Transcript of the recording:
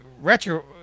retro